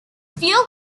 fuel